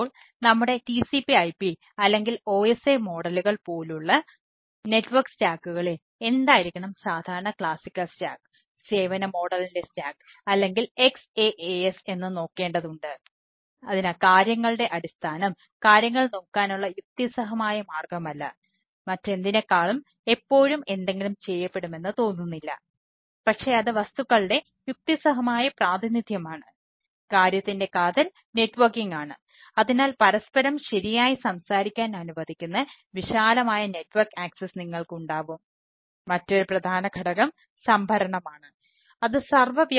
ഇപ്പോൾ നമ്മുടെ TCPIP അല്ലെങ്കിൽ OSI മോഡലുകൾ ആണ്